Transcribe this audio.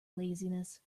laziness